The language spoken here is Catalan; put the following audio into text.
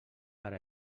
per